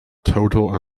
total